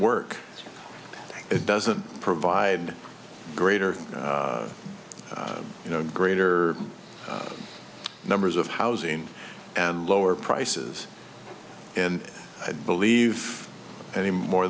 work it doesn't provide greater you know greater numbers of housing and lower prices and i believe any more